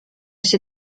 się